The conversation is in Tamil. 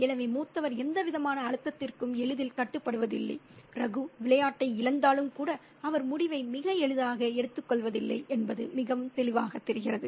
எனவே மூத்தவர் எந்தவிதமான அழுத்தத்திற்கும் எளிதில் கட்டுப்படுவதில்லை ரகு விளையாட்டை இழந்தாலும் கூட அவர் முடிவை மிக எளிதாக எடுத்துக்கொள்வதில்லை என்பது மிகவும் தெளிவாகத் தெரிகிறது